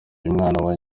umwana